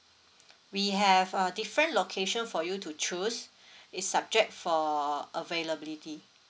we have uh different location for you to choose it's subject for availability